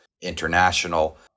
international